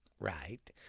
right